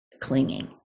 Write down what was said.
clinging